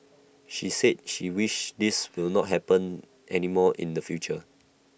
she said she wished this will not happen anymore in the future